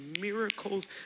miracles